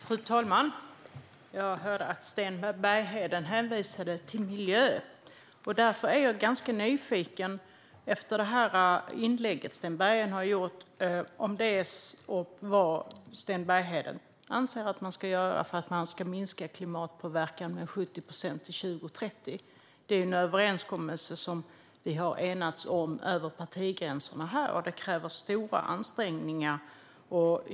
Fru talman! Jag hörde att Sten Bergheden hänvisade till miljö. Därför är jag efter det inlägg Sten Bergheden har gjort ganska nyfiken på vad Sten Bergheden anser att man ska göra för att minska klimatpåverkan med 70 procent till 2030. Det är en överenskommelse vi har enats om över partigränserna. Det kräver stora ansträngningar.